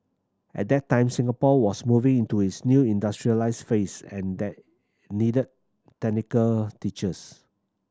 at that time Singapore was moving into its new industrialised phase and they needed technical teachers